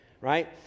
right